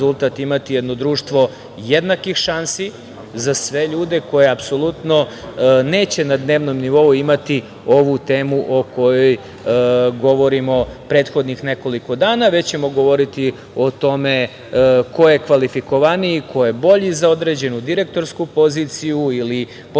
imati jedno društvo jednakih šansi za sve ljude koji apsolutno neće na dnevnom nivou imati ovu temu o kojoj govorimo prethodnih nekoliko dana, već ćemo govoriti o tome ko je kvalifikovaniji, ko je bolji za određenu direktorsku poziciju ili poziciju